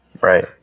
Right